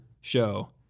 show